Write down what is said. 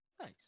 Nice